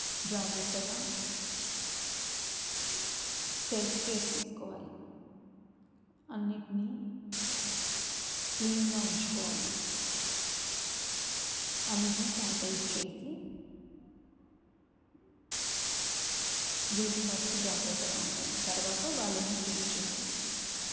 జాగ్రత్తగా self care తీసుకోవాలి అన్నిటినీ క్లీన్గా ఉంచుకోవాలి అన్నిటినీ శానిటైజ్ చేసి వీళ్ళు ఫస్ట్ జాగ్రత్తగా ఉండాలి తర్వాత వాళ్ళని ట్రీట్ చేయాలి